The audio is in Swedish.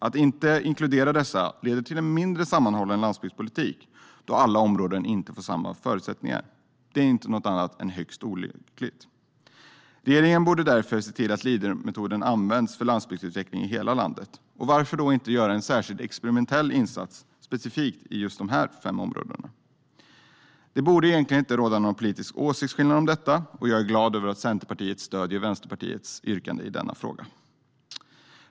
Att inte inkludera dessa leder till en mindre sammanhållen landsbygdspolitik, då alla områden inte får samma försättningar. Det är inget annat än högst olyckligt. Regeringen borde därför se till att Leadermetoden används för landsbygdsutveckling i hela landet. Varför inte göra en särskild experimentell insats i specifikt dessa fem områden? Det borde egentligen inte råda någon politisk åsiktsskillnad om detta, och jag är glad över att Centerpartiet stöder Vänsterpartiets yrkande i denna fråga.